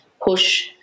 push